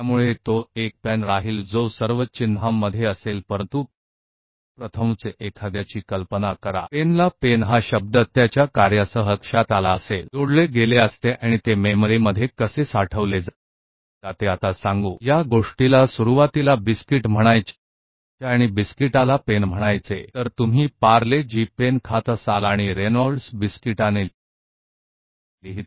इसलिए यह एक पैन ही रहेगी जो सभी प्रतीकों में होगा लेकिन कल्पना करें कि पहली बार जब किसी ने PEN को याद किया होगा पैन नामक शब्द इसके कार्य के साथ जुड़ गया होगा और यह मेमोरी में कैसे संग्रहीत कैसे किया जाता है अब मान लें कि इस चीज़ को शुरुआत में बिस्किट कहा जाता था और बिस्किट को पेन कहा जाएं तो आप पार्ले जी पेन खा रहे होंगे और रेनॉल्ड्स बिस्कुट के साथ लिख रहे होंगे